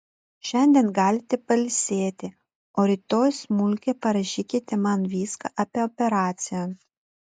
šiandien galite pailsėti o rytoj smulkiai parašykite man viską apie operaciją